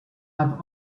have